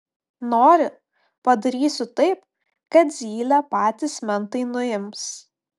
nori padarysiu taip kad zylę patys mentai nuims